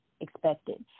expected